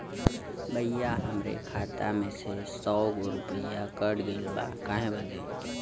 भईया हमरे खाता में से सौ गो रूपया कट गईल बा काहे बदे?